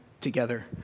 together